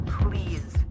please